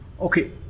okay